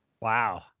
Wow